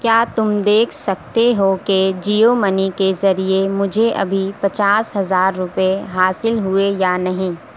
کیا تم دیکھ سکتے ہو کہ جیو منی کے ذریعے مجھے ابھی پچاس ہزار روپے حاصل ہوئے یا نہیں